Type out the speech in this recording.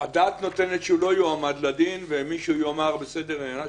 למי מדווחים?